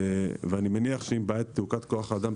אני מניח שאם תיפתר בעיית תעוקת כוח האדם,